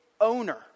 owner